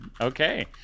Okay